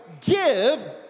Give